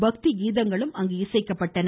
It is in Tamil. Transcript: பக்தி கீதங்களும் இசைக்கப்பட்டன